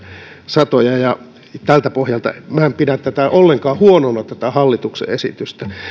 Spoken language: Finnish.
satoja tältä pohjalta minä en pidä ollenkaan huonona tätä hallituksen esitystä